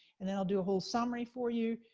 and then i'll do a whole summary for you,